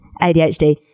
ADHD